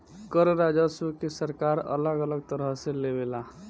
कर राजस्व के सरकार अलग अलग तरह से लेवे ले